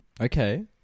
Okay